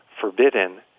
forbidden